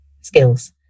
skills